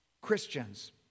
Christians